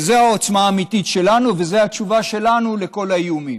וזו העוצמה האמיתית שלנו וזה התשובה שלנו על כל האיומים.